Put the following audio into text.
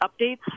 updates